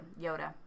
Yoda